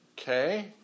Okay